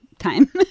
time